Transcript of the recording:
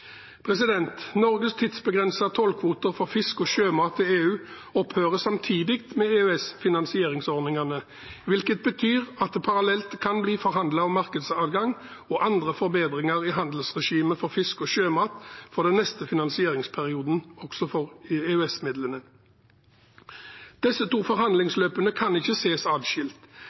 Norges tidsbegrensede tollkvoter for fisk og sjømat til EU opphører samtidig med EØS-finansieringsordningene, hvilket betyr at det parallelt vil bli forhandlet om markedsadgang og andre forbedringer i handelsregimet for fisk og sjømat i neste finansieringsperiode for EØS-midlene. Disse to forhandlingsløpene kan ikke ses